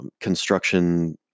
construction